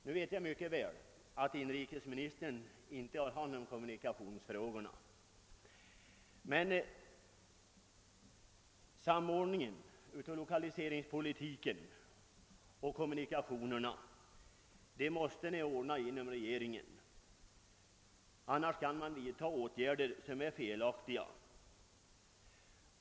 Jag vet mycket väl att inrikesministern inte har hand om kommunikationsfrågorna, men samordningen av lokaliseringspolitiken och kommunikationerna måste ju ordnas inom regeringen; annars kan man vidta åtgärder som är felaktiga.